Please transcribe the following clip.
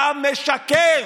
אתה משקר